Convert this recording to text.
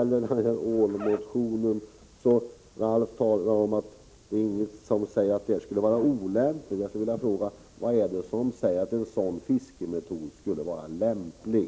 14 maj 1986 När Ralf Lindström sedan hävdar att det finns ingenting som säger att den metod för ålfiske som han har tagit upp i sin motion skulle vara olämplig, vill jag bara fråga: Vad är det som säger att en sådan fiskemetod skulle vara lämplig?